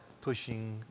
pushing